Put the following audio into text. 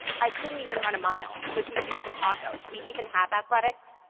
i couldn't even run a mile. this is yeah uchicago. do we even have athletics?